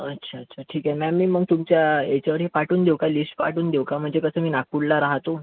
अच्छा अच्छा ठीक आहे मॅम मी मग तुमच्या याच्यावर हे पाठवून देऊ का लिस्ट पाठवून देऊ का म्हणजे कसं मी नागपूरला राहतो